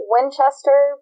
Winchester